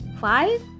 Five